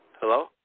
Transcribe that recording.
Hello